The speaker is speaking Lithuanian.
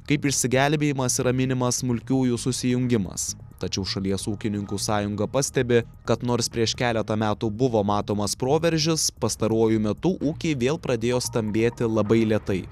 kaip išsigelbėjimas yra minimas smulkiųjų susijungimas tačiau šalies ūkininkų sąjunga pastebi kad nors prieš keletą metų buvo matomas proveržis pastaruoju metu ūkiai vėl pradėjo stambėti labai lėtai